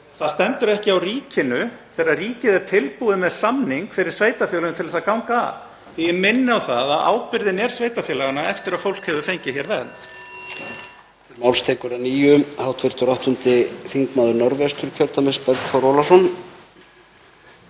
það stendur ekki á ríkinu þegar ríkið er tilbúið með samning fyrir sveitarfélögin til að ganga að. Ég minni á að ábyrgðin er sveitarfélaganna eftir að fólk hefur fengið vernd